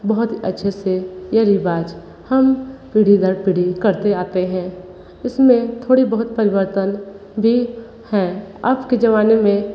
बहुत अच्छे से यह रिवाज हम पीढ़ी दर पीढ़ी करते आते हैं इस में थोड़ी बहुत परिवर्तन भी हैं आज के ज़माने में